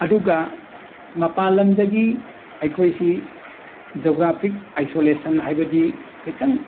ꯑꯗꯨꯒ ꯃꯄꯥꯟ ꯂꯝꯗꯒꯤ ꯑꯩꯈꯣꯏꯁꯤ ꯖꯧꯒ꯭ꯔꯥꯐꯤꯛ ꯑꯥꯏꯁꯣꯂꯦꯁꯟ ꯍꯥꯏꯕꯗꯤ ꯈꯩꯇꯪ